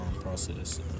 process